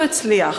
ואף שהוא הצליח,